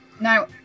Now